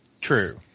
True